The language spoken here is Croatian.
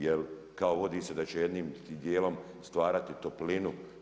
Jer kao uvodi se da će jednim dijelom stvarati toplinu.